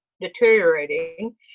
deteriorating